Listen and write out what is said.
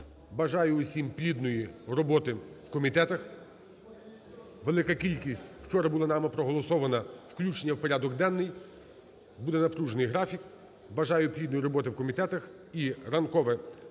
Бажаю усім плідної роботи в комітетах. Велика кількість вчора була нами проголосована включення в порядок денний, буде напружений графік. Бажаю плідної роботи в комітетах. І ранкове